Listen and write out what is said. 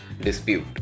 dispute